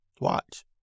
Watch